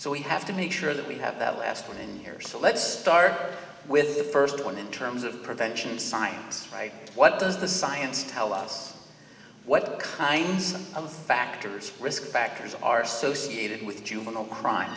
so we have to make sure that we have the last word in here so let's start with the first one in terms of prevention science right what does the science tell us what are the kinds of factors risk factors are so seeded with juvenile crime